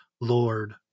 Lord